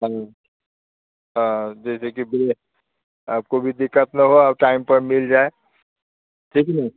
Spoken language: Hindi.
हाँ हाँ दे दे कर आपको भी दिक्कत ना हो और टाइम पर मिल जाए ठीक न